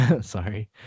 Sorry